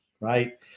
right